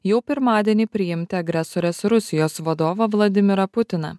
jau pirmadienį priimti agresorės rusijos vadovą vladimirą putiną